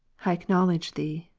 i acknowledge thee,